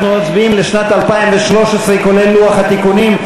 אנחנו מצביעים על שנת 2013, כולל לוח התיקונים.